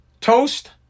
Toast